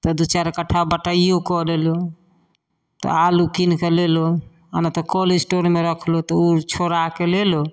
तऽ दुइ चारि कट्ठा बटाइओ कऽ लेलहुँ तऽ आलू किनिकऽ लेलहुँ आओर नहि तऽ कोल्ड स्टोरमे रखलहुँ तऽ ओ छोड़ा अओरके लेलहुँ